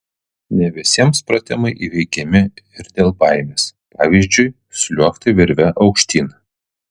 ne visiems pratimai įveikiami ir dėl baimės pavyzdžiui sliuogti virve aukštyn